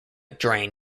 drain